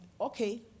okay